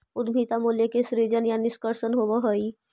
उद्यमिता मूल्य के सीजन या निष्कर्षण होवऽ हई